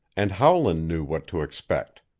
and howland knew what to expect.